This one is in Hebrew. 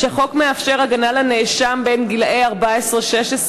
שהחוק מאפשר הגנה לנאשם בין גילאי 14 16,